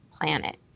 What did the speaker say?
planet